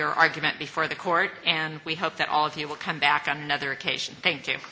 your argument before the court and we hope that all of you will come back on another occasion thank you